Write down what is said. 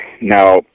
Now